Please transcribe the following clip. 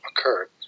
occurred